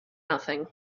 nothing